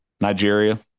Nigeria